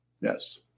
Yes